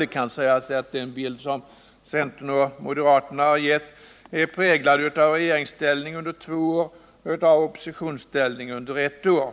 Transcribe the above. Det kan vidare sägas att den bild som centern och moderaterna gett är präglad av regeringsställning under två år och av oppositionsställning under ett år.